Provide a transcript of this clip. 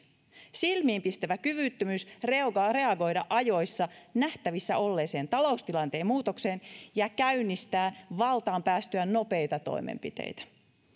silmiinpistävä kyvyttömyys reagoida ajoissa nähtävissä olleeseen taloustilanteen muutokseen ja käynnistää valtaan päästyään nopeita toimenpiteitä